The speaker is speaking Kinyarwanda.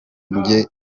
njye